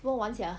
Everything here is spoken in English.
怎么玩 sia